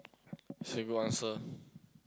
answer